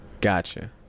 gotcha